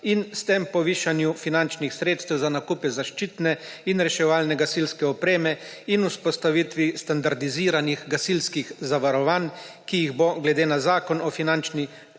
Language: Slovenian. in s tem povišanju finančnih sredstev za nakup zaščitne in reševalne gasilske opreme in vzpostavitev standardiziranih gasilskih zavarovanj, ki jih bo glede na Zakon o finančni